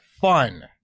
fun